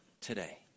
today